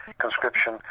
conscription